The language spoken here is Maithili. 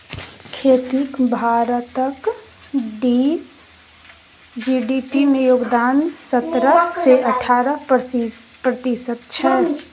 खेतीक भारतक जी.डी.पी मे योगदान सतरह सँ अठारह प्रतिशत छै